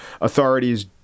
Authorities